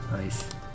Nice